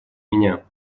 меня